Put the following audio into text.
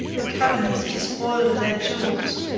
the cabinets, despoiled of their jewels!